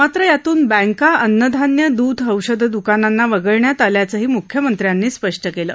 मात्र यातून बँका अन्नधान्य दूध औषधं द्कानांना वगळण्यात आल्याचंही मुख्यमंत्र्यांनी स्पष्ट केलं